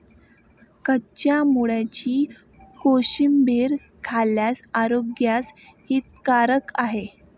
कच्च्या मुळ्याची कोशिंबीर खाल्ल्यास आरोग्यास हितकारक आहे